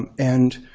um and